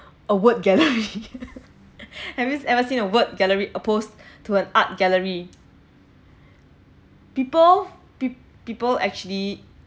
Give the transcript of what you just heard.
a word gallery have you ever seen a word gallery opposed to an art gallery people people actually